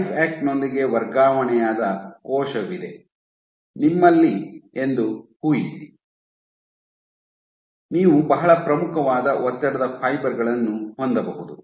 Lifeact ನೊಂದಿಗೆ ವರ್ಗಾವಣೆಯಾದ ಕೋಶವಿದೆ ನಿಮ್ಮಲ್ಲಿ ಎಂದು ಊಹಿಸಿ ನೀವು ಬಹಳ ಪ್ರಮುಖವಾದ ಒತ್ತಡದ ಫೈಬರ್ ಗಳನ್ನು ಹೊಂದಬಹುದು